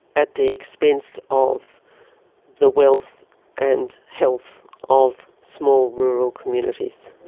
at the expense of the wealth and health of small rural communities.